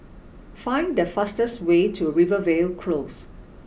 find the fastest way to Rivervale Close